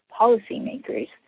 policymakers